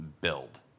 build